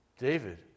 David